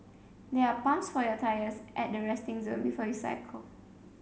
there are pumps for your tyres at the resting zone before you cycle